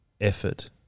effort